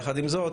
יחד עם זאת